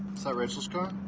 so rachel's car?